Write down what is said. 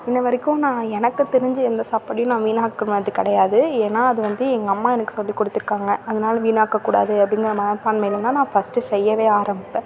இன்ன வரைக்கும் நான் எனக்கு தெரிஞ்சு எந்த சாப்பாடையும் நான் வீணாக்கினது கிடையாது ஏன்னா அது வந்து எங்கள் அம்மா எனக்கு சொல்லி கொடுத்துருக்காங்க அதனால வீணாக்கக்கூடாது அப்படிங்கிற மனப்பான்மையில தான் நான் ஃபஸ்ட்டு செய்யவே ஆரம்மிப்பேன்